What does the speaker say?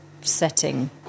setting